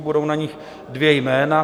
Budou na nich dvě jména.